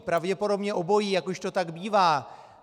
Pravděpodobně obojí, jak už to tak bývá.